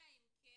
אלא אם כן